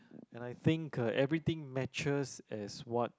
and I think everything matches as what